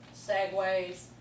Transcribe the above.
segways